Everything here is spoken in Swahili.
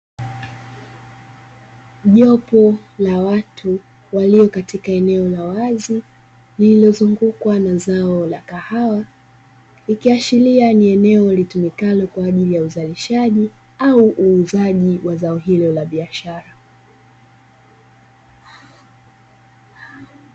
Jopo la watu walio katika eneo la wazi lililozungukwa na zao la kahawa, ikiashiria ni eneo litumikalo kwa ajili ya uzalishaji au uuzaji wa zao hilo la biashara.